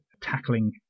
tackling